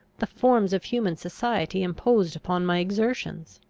the forms of human society imposed upon my exertions.